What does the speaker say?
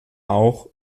auch